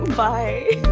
Bye